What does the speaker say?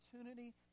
opportunity